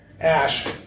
ash